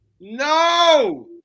No